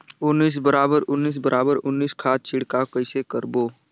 उन्नीस बराबर उन्नीस बराबर उन्नीस खाद छिड़काव कइसे करबो?